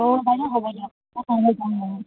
অঁ বাইদেউ হ'ব দিয়কা অঁ অঁ মই যাম